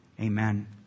Amen